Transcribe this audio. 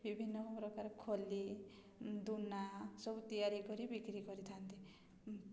ବିଭିନ୍ନ ପ୍ରକାର ଖଲି ଦନା ସବୁ ତିଆରି କରି ବିକ୍ରି କରିଥାନ୍ତି